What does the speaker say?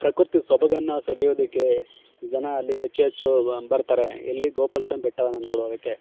ಪ್ರಕೃತಿ ಸೊಬಗನ್ನು ಸವಿಯೋದಕ್ಕೆ ಜನ ಅಲ್ಲಿ ಹೆಚ್ಚು ಹೆಚ್ಚು ಬರ್ತಾರೆ ಎಲ್ಲಿ ಗೋಪಾಲ ಸ್ವಾಮಿ ಬೆಟ್ಟವನ್ನು ನೋಡೋದಕ್ಕೆ